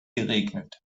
geregnet